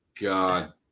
God